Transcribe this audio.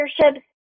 partnerships